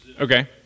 Okay